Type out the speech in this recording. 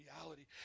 reality